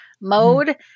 mode